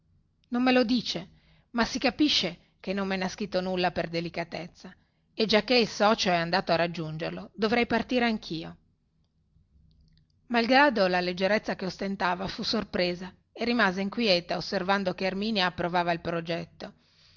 non me lo dice ma si capisce che non me ne ha scritto nulla per delicatezza e giacchè il socio è andato a raggiungerlo dovrei partire anchio malgrado la leggerezza che ostentava fu sorpresa e rimase inquieta osservando che erminia approvava il suo progetto